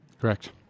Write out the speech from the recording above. correct